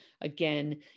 again